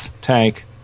Tank